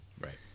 right